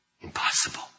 impossible